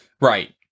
Right